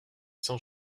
sans